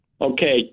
Okay